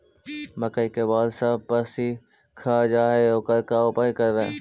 मकइ के बाल सब पशी खा जा है ओकर का उपाय करबै?